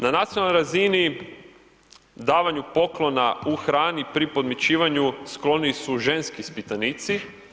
Na nacionalnoj razini davanju poklona u hrani pri podmićivanju skloni su ženski ispitanici.